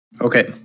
Okay